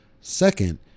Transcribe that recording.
second